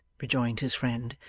rejoined his friend,